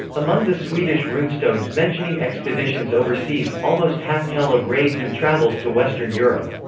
among the swedish runestones mentioning expeditions overseas, almost half tell of raids and travels to western europe.